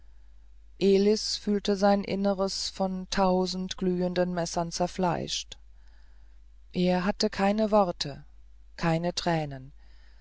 elis fühlte sein inneres von tausend glühenden messern zerfleischt er hatte keine worte keine tränen